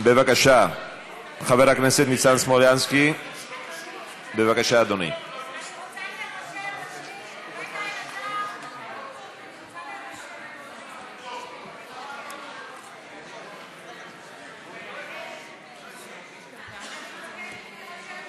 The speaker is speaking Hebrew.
התשע"ו 2016. אדוני, בבקשה,